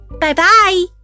Bye-bye